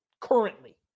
currently